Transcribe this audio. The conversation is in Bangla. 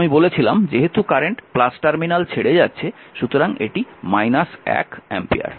কিন্তু আমি বলেছিলাম যেহেতু কারেন্ট টার্মিনাল ছেড়ে যাচ্ছে সুতরাং এটি 1 অ্যাম্পিয়ার